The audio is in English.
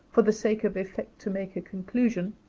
for the sake of effect, to make a conclusion,